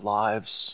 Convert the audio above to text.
lives